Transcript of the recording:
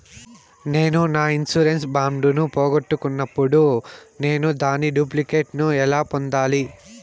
నేను నా insurance bond ను పోగొట్టుకున్నప్పుడు నేను దాని డూప్లికేట్ ను ఎలా పొందాలి?